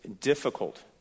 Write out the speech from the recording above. difficult